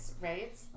Right